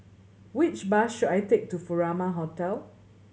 which bus should I take to Furama Hotel